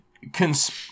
conspiracy